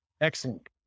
Excellent